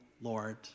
Lord